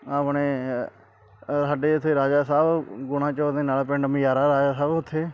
ਆਪਣੇ ਸਾਡੇ ਇੱਥੇ ਰਾਜਾ ਸਾਹਿਬ ਗੁਣਾਚੋਰ ਦੇ ਨਾਲੇ ਪਿੰਡ ਮਜ਼ਾਰਾ ਰਾਜਾ ਸਾਹਿਬ ਉੱਥੇ